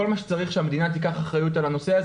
כל מה שצריך שהמדינה תיקח אחריות על הנושא הזה.